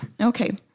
Okay